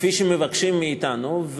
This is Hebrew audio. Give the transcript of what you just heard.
כפי שמבקשים מאתנו.